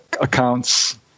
accounts